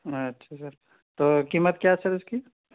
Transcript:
اچھا سر تو قیمت کیا ہے سر اس کی